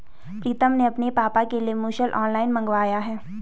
प्रितम ने अपने पापा के लिए मुसल ऑनलाइन मंगवाया है